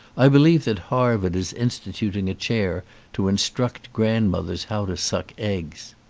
i believe that harvard is instituting a chair to instruct grandmothers how to suck eggs.